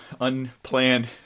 unplanned